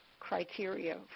criteria